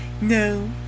No